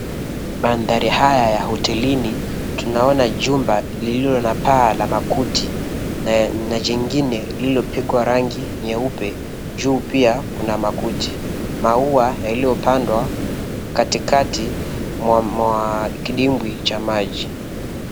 Mandhari haya ya hotelini, tunaona jumba lililo na paa la makuti na jingine lililopigwa rangi nyeupe. Juu pia, kuna makuti. Mauwa yaliyopandwa katikati mwa kidimbwi cha maji.